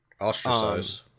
ostracized